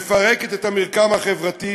מפרקת את המרקם החברתי,